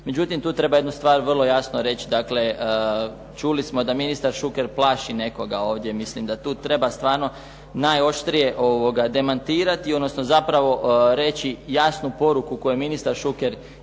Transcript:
Međutim, tu treba jednu stvar vrlo jasno reći. Dakle, čuli smo da ministar Šuker plaši nekoga ovdje. Mislim da tu treba stvarno najoštrije demantirati, odnosno zapravo reći jasnu poruku koju je ministar Šuker rekao